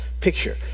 picture